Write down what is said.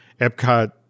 Epcot